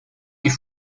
艺术